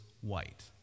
white